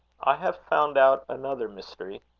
i have found out another mystery,